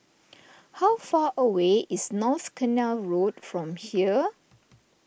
how far away is North Canal Road from here